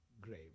grave